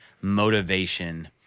motivation